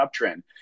uptrend